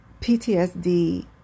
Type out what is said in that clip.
PTSD